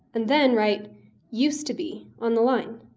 and then write used to be on the line.